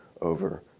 over